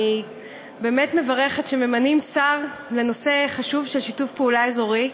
אני באמת מברכת כשממנים שר לנושא חשוב של שיתוף פעולה אזורי.